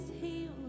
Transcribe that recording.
healed